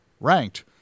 ranked